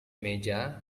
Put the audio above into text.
meja